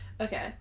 Okay